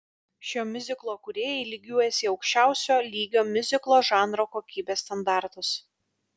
šio miuziklo kūrėjai lygiuojasi į aukščiausio lygio miuziklo žanro kokybės standartus